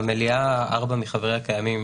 שלושה מחברי המליאה קיימים